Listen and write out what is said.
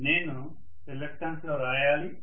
నేను రిలక్టన్స్ గా వ్రాయాలి